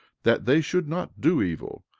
that they should not do evil,